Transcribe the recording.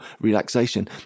relaxation